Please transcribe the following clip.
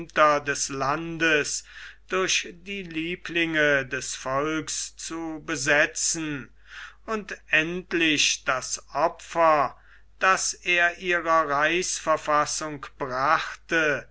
des landes durch die lieblinge des volks zu besetzen und endlich das opfer das er ihrer reichsverfassung brachte